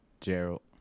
Gerald